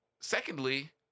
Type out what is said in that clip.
secondly